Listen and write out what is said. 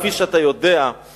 כפי שאתה יודע,